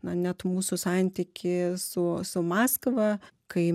na net mūsų santykį su su maskva kai